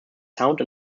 sound